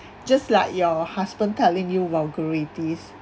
just like your husband telling you vulgarities